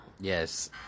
Yes